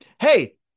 Hey